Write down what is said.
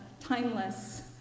timeless